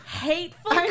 hateful